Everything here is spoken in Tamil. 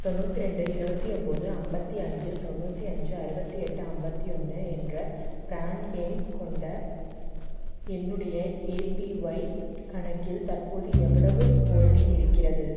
தொண்ணூத்திரெண்டு இருபத்தி ஒன்போது ஐம்பத்தி அஞ்சு தொண்ணூற்றி அஞ்சு அறுபத்தி எட்டு ஐம்பத்தி ஒன்று என்ற பிரான் எண் கொண்ட என்னுடைய ஏபிஒய் கணக்கில் தற்போது எவ்வளவு ஹோல்டிங் இருக்கிறது